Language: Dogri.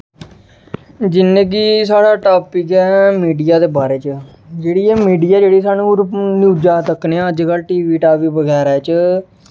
जि'यां कि साढ़ा टॉपिक ऐ मीडिया दे बारे च जेह्ड़ी एह् मीडिया जेह्ड़ी सानूं न्यूज़ां तक्कनें आं अज्ज कल टी वी बगैरा च